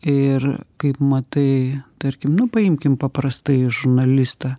ir kaip matai tarkim nu paimkim paprastai žurnalistą